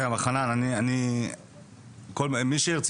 יש פה מישהו שראה